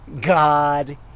God